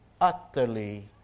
utterly